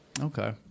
Okay